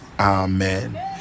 amen